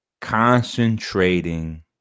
Concentrating